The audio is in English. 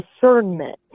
Discernment